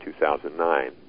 2009